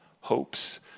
hopes